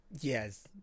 Yes